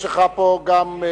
יש לך פה גם,